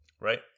right